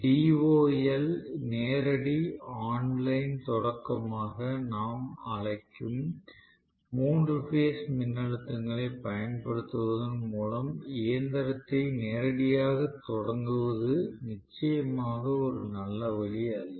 DOL நேரடி online தொடக்கமாக நாம் அழைக்கும் மூன்று பேஸ் மின்னழுத்தங்களைப் பயன்படுத்துவதன் மூலம் இயந்திரத்தை நேரடியாகத் தொடங்குவது நிச்சயமாக ஒரு நல்ல வழி அல்ல